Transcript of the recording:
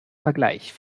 vergleich